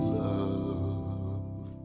love